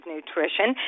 Nutrition